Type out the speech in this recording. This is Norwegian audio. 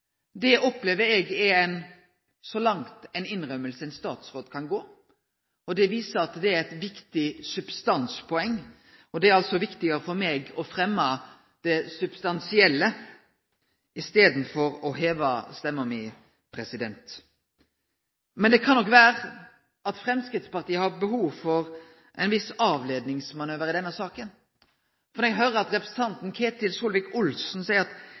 Det opplever eg er så nær ei innrømming ein statsråd kan gå, og det viser at det er eit viktig substanspoeng. Det er viktigare for meg å fremje det substansielle framfor å heve stemma mi. Men det kan nok vere at Framstegspartiet har behov for ein viss avleiingsmanøver i denne saka, for eg hørte representanten Ketil Solvik-Olsen seie at